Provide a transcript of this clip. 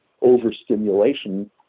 overstimulation